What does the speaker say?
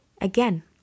Again